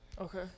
Okay